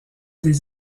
des